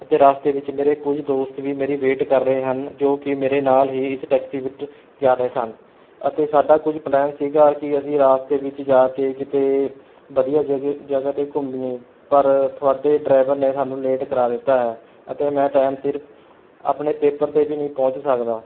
ਅਤੇ ਰਸਤੇ ਵਿੱਚ ਮੇਰੇ ਕੁਝ ਦੋਸਤ ਵੀ ਮੇਰੀ ਵੇਟ ਕਰ ਰਹੇ ਹਨ ਜੋ ਕਿ ਮੇਰੇ ਨਾਲ ਹੀ ਇਸ ਟੈਕਸੀ ਵਿੱਚ ਜਾਣੇ ਸਨ ਅਤੇ ਸਾਡਾ ਕੁਝ ਪਲੈਨ ਸੀ ਕਿ ਅਸੀਂ ਰਸਤੇ ਵਿੱਚ ਜਾ ਕੇ ਕਿਤੇ ਵਧੀਆ ਜਗ੍ਹਾ ਜਗ੍ਹਾ 'ਤੇ ਘੁੰਮੀਏ ਪਰ ਤੁਹਾਡੇ ਡਰਾਈਵਰ ਨੇ ਸਾਨੂੰ ਲੇਟ ਕਰਾ ਦਿੱਤਾ ਹੈ ਅਤੇ ਮੈਂ ਟਾਈਮ ਸਿਰ ਆਪਣੇ ਪੇਪਰ 'ਤੇ ਵੀ ਨਹੀਂ ਪਹੁੰਚ ਸਕਦਾ